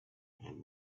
and